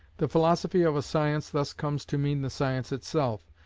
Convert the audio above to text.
the philosophy of a science thus comes to mean the science itself,